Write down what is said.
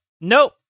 nope